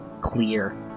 clear